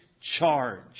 charge